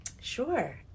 Sure